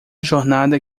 jornada